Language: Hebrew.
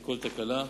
כל תקלה.